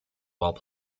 while